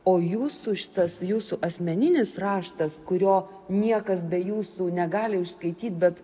o jūsų šitas jūsų asmeninis raštas kurio niekas be jūsų negali išskaityt bet